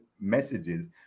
messages